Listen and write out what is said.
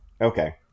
Okay